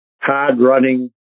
hard-running